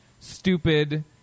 stupid